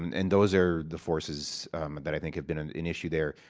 and and those are the forces that i think have been an issue there.